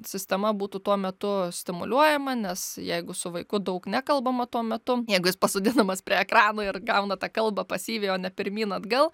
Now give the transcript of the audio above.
sistema būtų tuo metu stimuliuojama nes jeigu su vaiku daug nekalbama tuo metu jeigu jis pasodinamas prie ekrano ir gauna tą kalbą pasyviai o ne pirmyn atgal